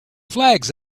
flags